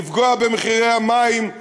לפגוע במחירי המים,